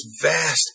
vast